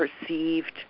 perceived